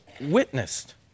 witnessed